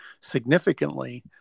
significantly